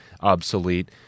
obsolete